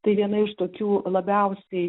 tai viena iš tokių labiausiai